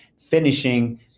finishing